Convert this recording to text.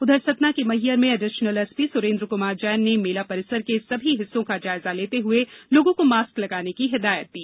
उधर सतना के मैहर में एडिसनल एसपी सुरेन्द्र कुमार जैन ने मेला परिसर के सभी हिस्सों का जायजा लेते हुए लोगों को मास्क लगाने की हिदायत दी